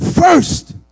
first